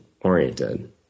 oriented